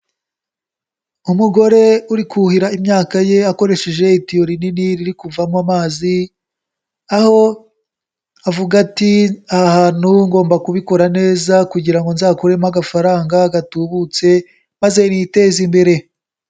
Umugore uri kuhira imyaka ye akoresheje itiyo rinini ri kuvamo amazi aho avuga ati "aha hantu ngomba kubikora neza kugira ngo nzakuremo agafaranga gatubutse maze niteze imbere".